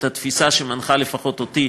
את התפיסה שמנחה לפחות אותי,